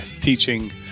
teaching